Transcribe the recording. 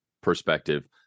perspective